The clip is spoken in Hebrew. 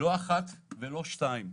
לא אחת ולא שתיים.